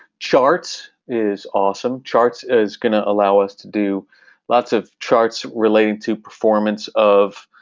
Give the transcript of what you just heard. charts is awesome. charts is going to allow us to do lots of charts relating to performance of